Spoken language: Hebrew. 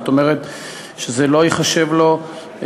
זאת אומרת, זה לא ייחשב לו כעונש.